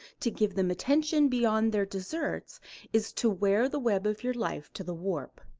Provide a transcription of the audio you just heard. to give them attention beyond their deserts is to wear the web of your life to the warp.